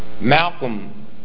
Malcolm